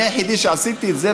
אני היחידי שעשיתי את זה,